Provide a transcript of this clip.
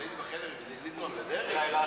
שהייתי בחדר עם ליצמן ודרעי?